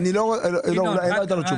אבל זה גם נדון פה, זה גם נגזרת של זה.